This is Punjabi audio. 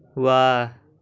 ਵਾਹ